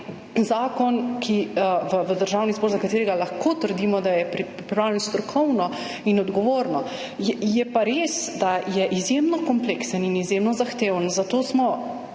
zakon v Državni zbor, za katerega lahko trdimo, da je pripravljen strokovno in odgovorno. Res je, da je zakon izjemno kompleksen in izjemno zahteven, zato smo